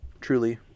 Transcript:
Truly